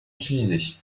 utilisés